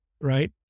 right